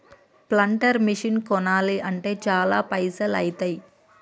planter machine కొనాలి అంటే చాల పైసల్ ఐతాయ్